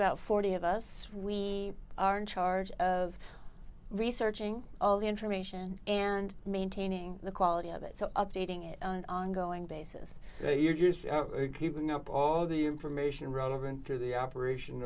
about forty of us we are in charge of researching all the information and maintaining the quality of it updating it ongoing basis you're just keeping up all the information relevant through the operation